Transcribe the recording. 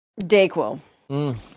Dayquil